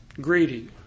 greedy